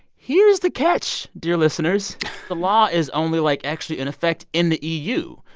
here's the catch, dear listeners. the law is only, like, actually in effect in the eu.